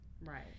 Right